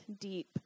deep